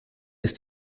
ist